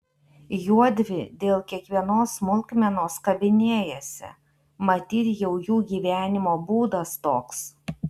juodvi dėl kiekvienos smulkmenos kabinėjasi matyt jau jų gyvenimo būdas toks